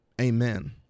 amen